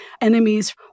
enemies